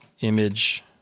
image